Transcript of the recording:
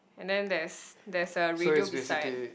and then there is there is a radio beside